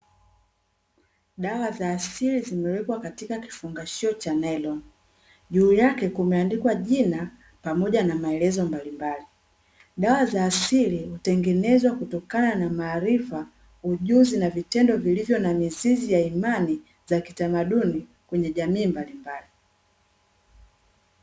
Dawa za asili zimewekwa katika kifungashio cha nailoni, iuu yake kumeandikwa jina pamoja na maelezo mbalimbali. Dawa za asili hutengenezwa kutokana na maarifa, ujuzi na vitendo vilivyo na mizizi ya imani, za kitamaduni kwenye jamii mbalimbali.